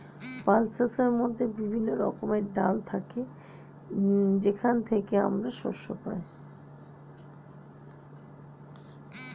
পালসেসের মধ্যে বিভিন্ন রকমের ডাল থাকে যেখান থেকে আমরা শস্য পাই